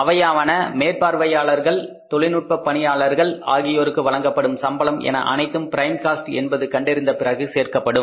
அவையாவன மேற்பார்வையாளர்கள் தொழில்நுட்ப பணியாளர்கள் ஆகியோருக்கு வழங்கப்படும் சம்பளம் என அனைத்தும் பிரைம் காஸ்ட் என்பது கண்டறிந்த பிறகு சேர்க்கப்படும்